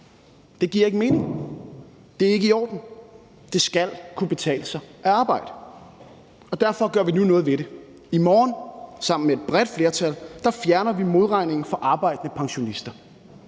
Det giver ikke mening. Det er ikke i orden. Det skal kunne betale sig at arbejde. Derfor gør vi nu noget ved det. I morgen fjerner vi sammen med et bredt flertal modregningen for arbejdende pensionister,